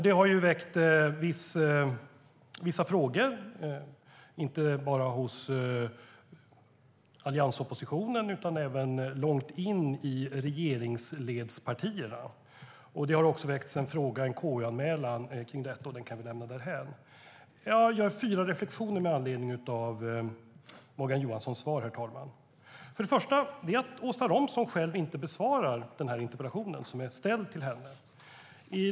Det har väckt vissa frågor, inte bara hos alliansoppositionen utan även långt in i regeringspartierna. Det har också väckts en fråga i en KU-anmälan kring detta - den kan vi lämna därhän. Jag gör fyra reflektioner med anledning av Morgan Johanssons svar, herr talman. Den första är att Åsa Romson själv inte besvarar interpellationen, som är ställd till henne.